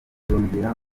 yongeraho